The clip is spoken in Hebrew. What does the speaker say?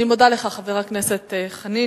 אני מודה לך, חבר הכנסת חנין.